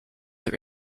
that